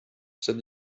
said